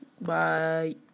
Bye